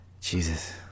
Jesus